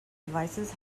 devices